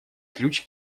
ключ